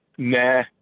Nah